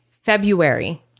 February